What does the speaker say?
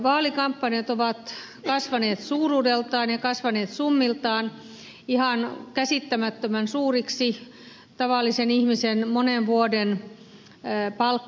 vaalikampanjat ovat kasvaneet kooltaan ja kasvaneet summiltaan ihan käsittämättömän suuriksi tavallisen ihmisen monen vuoden palkkatulot käsittäviksi summiksi